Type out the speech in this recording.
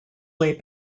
way